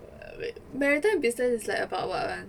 maritime businesses is like about what [one]